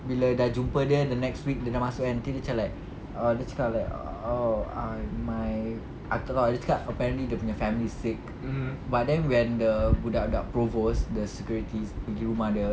bila dah jumpa dia the next week dia dah masuk kan nanti macam like oh dia cakap like oh my after all apparently dia punya family sick but then when the budak-budak provost the security pergi rumah dia